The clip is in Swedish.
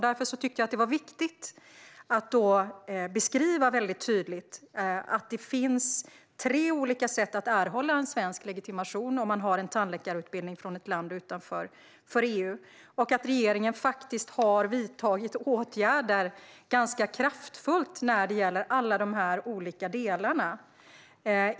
Därför tyckte jag att det var viktigt att tydligt beskriva att det finns tre olika sätt att erhålla en svensk legitimation om man har en tandläkarutbildning från ett land utanför EU och att regeringen faktiskt har vidtagit åtgärder ganska kraftfullt när det gäller alla de här olika delarna.